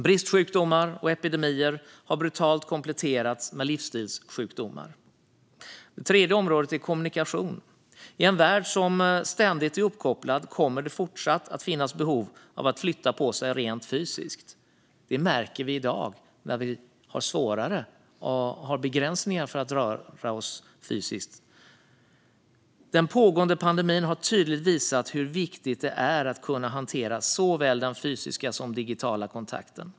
Bristsjukdomar och epidemier har brutalt kompletterats med livsstilssjukdomar. Det tredje området är kommunikation. I en värld som ständigt är uppkopplad kommer det fortsatt att finnas behov av att flytta på sig rent fysiskt. Det märker vi i dag, när vi har begränsningar för att röra oss fysiskt. Den pågående pandemin har tydligt visat hur viktigt det är att kunna hantera såväl den fysiska som den digitala kontakten.